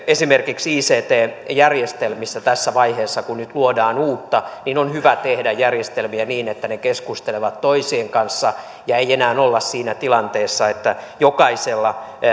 esimerkiksi ict järjestelmissä tässä vaiheessa kun nyt luodaan uutta on hyvä tehdä järjestelmiä niin että ne keskustelevat toisien kanssa ja ei enää olla siinä tilanteessa että jokaisella